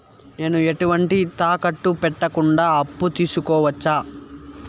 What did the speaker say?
నేను ఎటువంటి తాకట్టు పెట్టకుండా అప్పు తీసుకోవచ్చా?